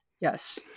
yes